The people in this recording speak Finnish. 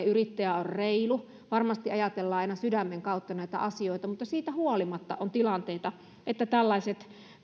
yrittäjä on reilu ja varmasti ajatellaan aina sydämen kautta näitä asioita mutta siitä huolimatta on tilanteita että tällaiset